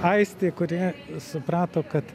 aistė kuri suprato kad